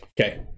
okay